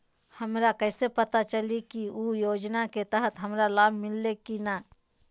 हमरा कैसे पता चली की उ योजना के तहत हमरा लाभ मिल्ले की न?